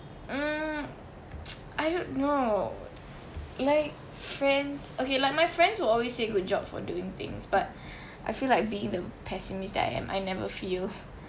mm I don't know like friends okay like my friends will always say good job for doing things but I feel like being the pessimist that I am I never feel